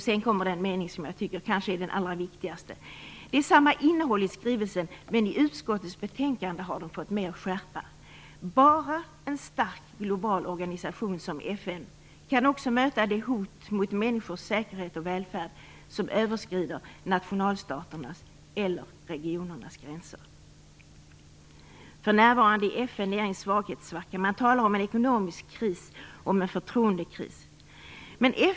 Sedan kommer den mening som jag tycker är den kanske allra viktigaste. Det är samma innehåll i skrivelsen, men i utskottets betänkande har det fått mer skärpa: Bara en stark global organisation som FN kan också möta de hot mot människors säkerhet och välfärd som överskrider nationalstaternas eller regionernas gränser. För närvarande är FN nere i en svaghetssvacka. Man talar om en ekonomisk kris och om en förtroendekris.